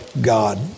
God